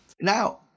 Now